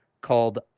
called